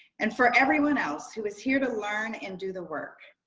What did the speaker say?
and for everyone else who is here to learn and do the work,